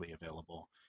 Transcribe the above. available